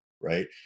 right